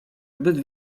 zbyt